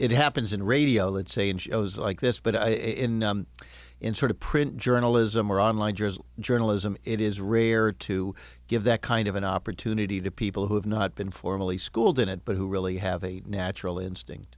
it happens in radio let's say n g o s like this but in in sort of print journalism or online journalism it is rare to give that kind of an opportunity to people who have not been formally schooled in it but who really have a natural instinct